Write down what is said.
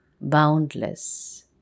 boundless